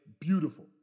beautiful